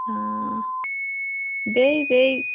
بیٚیہِ بیٚیہِ